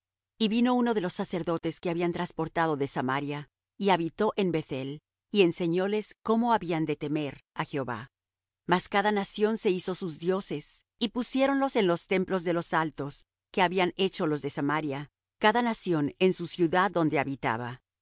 y vino uno de los sacerdotes que habían trasportado de samaria y habitó en beth-el y enseñóles cómo habían de temer á jehová mas cada nación se hizo sus dioses y pusiéronlos en los templos de los altos que habían hecho los de samaria cada nación en su ciudad donde habitaba